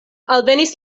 alvenis